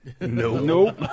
Nope